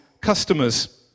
customers